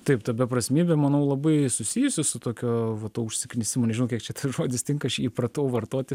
taip ta beprasmybė manau labai susijusi su tokio va to užsiknisimo nežinau kiek čia žodis tinka aš jį įpratau vartoti